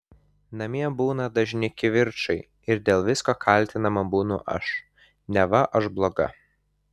namie būna dažni kivirčai ir dėl visko kaltinama būnu aš neva aš bloga